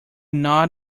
not